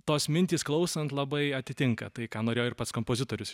tos mintys klausant labai atitinka tai ką norėjo ir pats kompozitorius